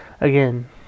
again